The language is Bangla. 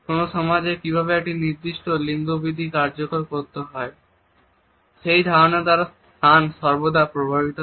কোনও সমাজে কীভাবে একটি নির্দিষ্ট লিঙ্গবিধি কার্যকর করতে হয় সেই ধারণার দ্বারা স্থান সর্বদা প্রভাবিত হয়